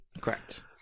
Correct